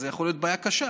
זו יכולה להיות בעיה קשה.